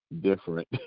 different